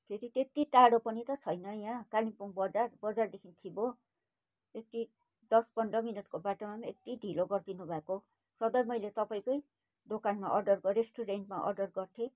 फेरि त्यति टाडो पनि त छैन यहाँ कालिम्पोङ बजार बजारदेखि छिबो यति दस पन्ध्र मिनटको बाटोमा पनि यति ढिलो गरिदिनु भएको सधैँ मैले तपाईँकै दोकानमा अर्डर रेस्टुरेन्टमा अर्डर गर्थेँ